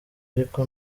ariko